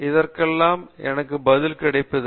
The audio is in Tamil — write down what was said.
இதற்கெல்லாம் எனக்கு பதில் கிடைப்பதில்லை